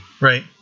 Right